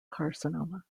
carcinoma